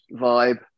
vibe